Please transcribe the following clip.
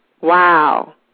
Wow